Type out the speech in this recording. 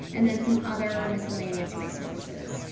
and then some other miscellaneous resources.